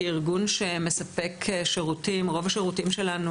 כארגון שמספק שירותים,